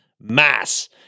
mass